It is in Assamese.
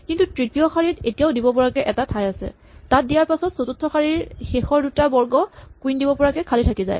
কিন্তু তৃতীয় শাৰীত এতিয়াও দিব পৰাকে এটা ঠাই আছে তাত দিয়াৰ পাছত চতুৰ্থ শাৰীৰ শেষৰ দুটা বৰ্গ কুইন দিব পৰাকে খালী থাকি যায়